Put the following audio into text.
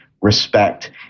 respect